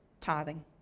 tithing